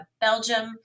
Belgium